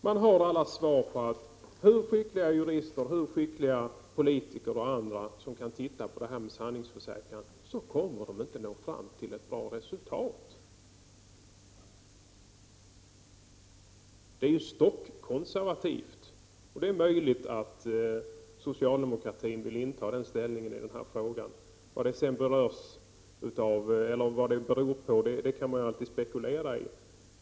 Man har alla svar på att hur skickliga jurister, hur skickliga politiker och andra som kan titta på det här med sanningsförsäkran, så kommer de inte nå fram till ett bra resultat. Det är ju stockkonservativt, och det är möjligt att socialdemokratin vill inta den ställningen i den här frågan. Vad det sedan berörs utav eller vad det beror på, det kan man ju alltid spekulera i.